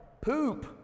poop